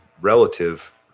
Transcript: relative